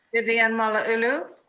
vivian malauulu.